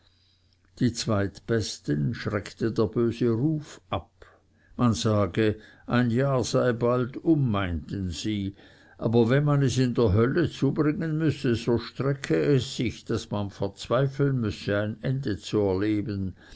die zweitbesten schreckte der böse ruf ab man sage ein jahr sei bald um meinten sie aber wenn man es in der hölle zubringen müsse so strecke es sich daß man verzweifeln müsse das ende zu erleben